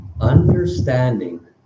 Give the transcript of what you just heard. Understanding